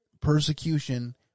persecution